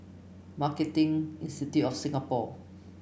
Marketing Institute of Singapore